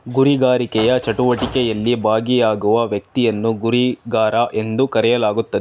ಗುರಿಗಾರಿಕೆಯ ಚಟುವಟಿಕೆಯಲ್ಲಿ ಭಾಗಿಯಾಗುವ ವ್ಯಕ್ತಿಯನ್ನು ಗುರಿಗಾರ ಎಂದು ಕರೆಯಲಾಗುತ್ತದೆ